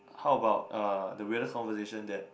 how about uh the weirdest conversation that